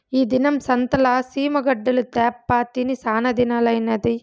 ఈ దినం సంతల సీమ గడ్డలు తేప్పా తిని సానాదినాలైనాది